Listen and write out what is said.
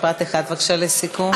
משפט אחד, בבקשה, לסיכום.